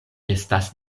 estas